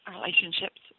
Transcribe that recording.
relationships